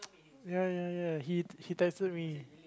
ya ya ya he he texted me